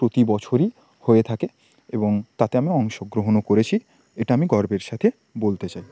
প্রতি বছরই হয়ে থাকে এবং তাতে আমি অংশগ্রহণও করেছি এটা আমি গর্বের সাথে বলতে চাই